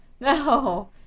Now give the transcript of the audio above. No